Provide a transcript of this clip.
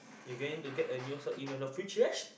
you going to get a new sock in your futures